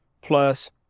plus